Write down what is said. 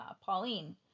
Pauline